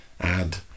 add